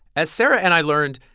as sarah and i learned,